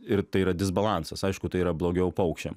ir tai yra disbalansas aišku tai yra blogiau paukščiam